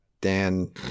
Dan